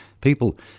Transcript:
People